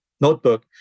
Notebook